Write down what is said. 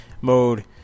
mode